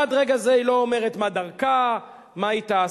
עד רגע זה היא לא אומרת מה דרכה, מה היא תעשה,